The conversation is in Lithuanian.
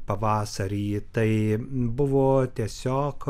pavasarį tai buvo tiesiog